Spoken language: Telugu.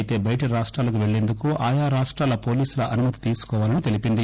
అయితే బయటి రాష్టాలకు పెళ్లేందుకు ఆయా రాష్టాల పోలీసుల అనుమతి తీసుకోవాలని తెలిపింది